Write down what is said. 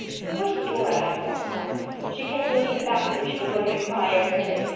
he wished dora had more spunk. she kept looking back as if she were going to cry every minute,